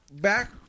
Back